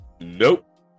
nope